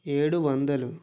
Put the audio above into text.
ఏడు వందలు